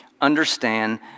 understand